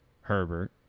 Herbert